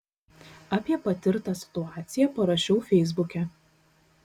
apie patirtą situaciją parašiau feisbuke